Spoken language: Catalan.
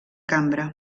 cambra